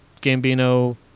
Gambino